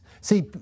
See